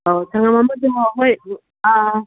ꯑꯧ ꯁꯪꯒꯝ ꯑꯃꯗꯣ ꯍꯣꯏ ꯑꯥ